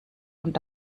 und